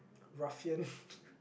ruffian